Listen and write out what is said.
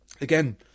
Again